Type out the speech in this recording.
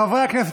חברי הכנסת,